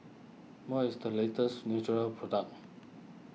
what is the latest Nutren product